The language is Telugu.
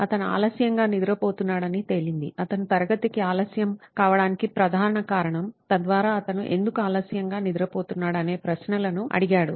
అతను ఆలస్యంగా నిద్రపోతున్నాడని తేలింది అతను తరగతికి ఆలస్యం కావడానికి ప్రధాన కారణం తద్వారా అతను ఎందుకు ఆలస్యంగా నిద్రపోతున్నాడు అనే ప్రశ్నలను అడిగాడు